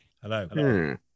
Hello